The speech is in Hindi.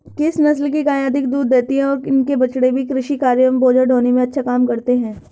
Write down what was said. किस नस्ल की गायें अधिक दूध देती हैं और इनके बछड़े भी कृषि कार्यों एवं बोझा ढोने में अच्छा काम करते हैं?